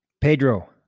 Pedro